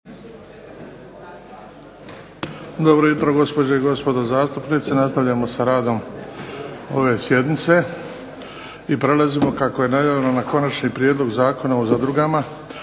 Dobro jutro gospođe i gospodo zastupnici. Nastavljamo sa radom ove sjednice. I prelazimo kako je najavljeno na - Konačni prijedlog Zakona o zadrugama,